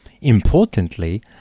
Importantly